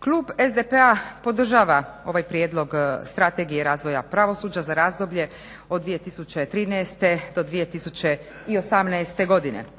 Klub SDP-a podržava ovaj prijedlog strategije razvoja pravosuđa za razdoblje od 2013. do 2018. godine.